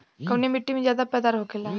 कवने मिट्टी में ज्यादा पैदावार होखेला?